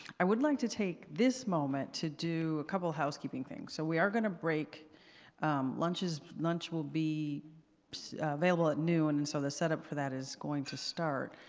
i would like to take this moment to do a couple of housekeeping things. so we are going to break lunches lunch will be available at noon and so the set up for that is going to start.